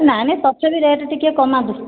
ନାଇଁ ନାଇଁ ତଥାପି ରେଟ୍ ଟିକେ କମାନ୍ତୁ